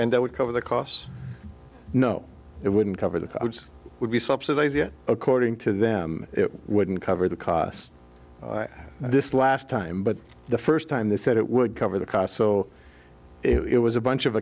and that would cover the costs no it wouldn't cover the crowds would be subsidizing it according to them it wouldn't cover the cost this last time but the first time they said it would cover the cost so it was a bunch of